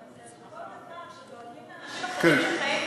בכל מצב שדואגים לאנשים אחרים,